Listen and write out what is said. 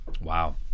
Wow